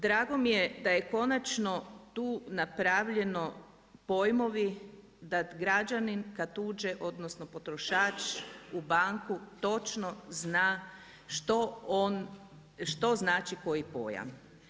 Drago mi je da je konačno tu napravljeno pojmovi da građanin kad uđe, odnosno potrošač u banku točno zna što on, što znači koji pojam.